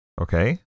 Okay